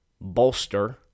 bolster